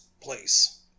place